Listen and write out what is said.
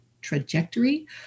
trajectory